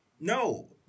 No